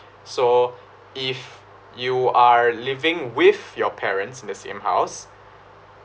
so if you are living with your parents in the same house